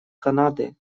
канады